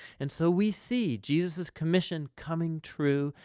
and so we see jesus' commission coming true,